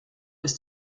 ist